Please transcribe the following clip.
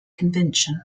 convention